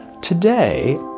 Today